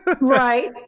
right